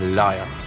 liar